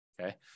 Okay